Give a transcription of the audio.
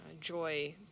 joy